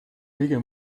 kõige